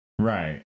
Right